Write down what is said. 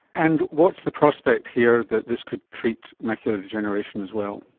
and what's the prospect here that this could treat macular degeneration as well?